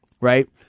right